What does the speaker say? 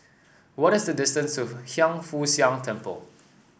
what is the distance to Hiang Foo Siang Temple